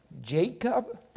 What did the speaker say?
Jacob